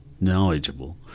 knowledgeable